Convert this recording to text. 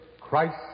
Christ